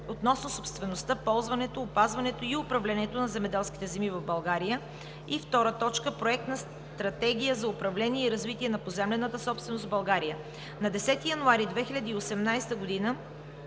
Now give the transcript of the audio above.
относно собствеността, ползването, опазването и управлението на земеделските земи в България. 2. Проект на стратегия за управление и развитие на поземлената собственост в България. - На 10 януари 2018 г.